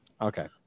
Okay